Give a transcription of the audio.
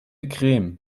creme